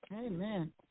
Amen